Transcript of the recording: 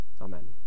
Amen